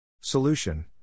Solution